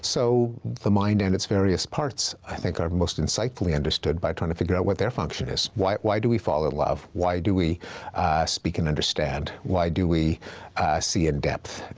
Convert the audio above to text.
so the mind and its various parts, i think, are most insightfully understood by trying to figure out what their function is. why why do we fall in love? why do we speak and understand? why do we see in depth?